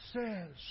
says